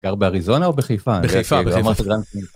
קר באריזונה או בחיפה בחיפה בחיפה.